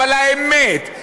אבל האמת,